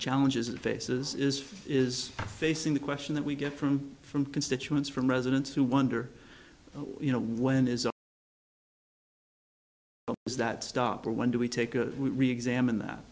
challenges it faces is is facing the question that we get from from constituents from residents who wonder you know when is is that stop or when do we take a we examine that